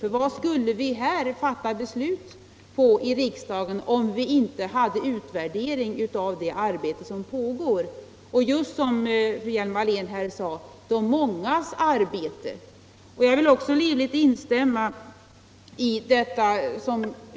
På vilket underlag skulle vi fatta beslut i riksdagert, om vi inte hade utvärdering av det arbete som pågår? Som fru Hjelm-Wallén här sade är det fråga om de mångas arbete.